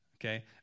Okay